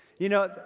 you know,